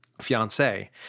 fiance